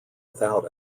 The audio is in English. without